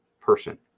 person